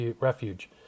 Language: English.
refuge